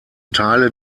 teile